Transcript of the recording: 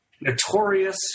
notorious